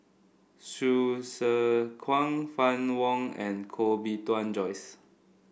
Hsu Tse Kwang Fann Wong and Koh Bee Tuan Joyce